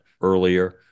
earlier